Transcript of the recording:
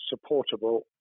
supportable